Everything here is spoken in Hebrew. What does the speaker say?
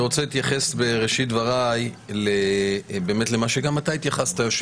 להתייחס בראשית דבריי למה שגם אתה התייחסת אליו,